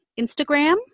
Instagram